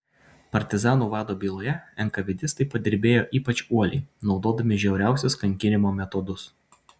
partizanų vado byloje enkavėdistai padirbėjo ypač uoliai naudodami žiauriausius kankinimo metodus